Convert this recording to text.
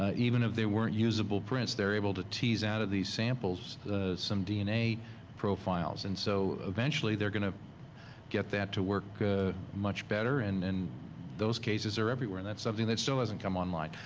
ah even if they weren't usable prints, they're able to tease out of these samples some dna profiles. and so eventually they're gonna get that to work much better and and those cases are everywhere, and that's something that still doesn't come on my mind.